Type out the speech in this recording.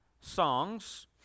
songs